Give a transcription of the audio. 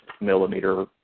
millimeter